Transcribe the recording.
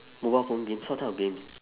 mobile phone games what type of games